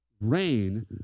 Rain